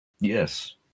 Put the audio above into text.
Yes